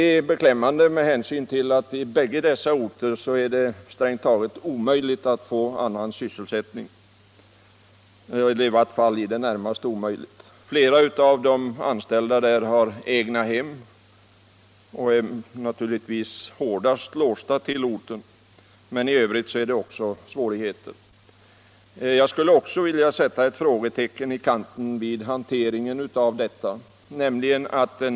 Detta var beklämmande med hänsyn till att det i bägge dessa orter är strängt taget omöjligt att få annan sysselsättning. Flera av de anställda där har egnaham, och dessa människor är naturligtvis hårdast låsta till orten, men även i övrigt är det svårigheter. Jag skulle också vilja sätta ett frågetecken i kanten för hanteringen av detta ärende.